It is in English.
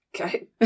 Okay